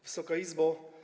Wysoka Izbo!